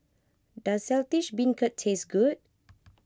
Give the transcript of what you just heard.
does Saltish Beancurd taste good